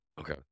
Okay